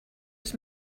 was